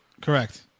Correct